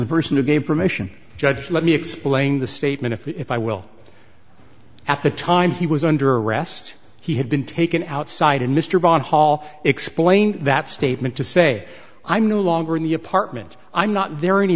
the person who gave permission judge let me explain the statement if i will at the time he was under arrest he had been taken outside and mr bond hall explained that statement to say i'm no longer in the apartment i'm not there any